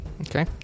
Okay